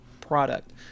product